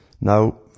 Now